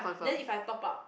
then if I top up